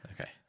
okay